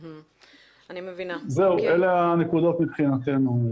זהו, אלה הנקודות מבחינתנו.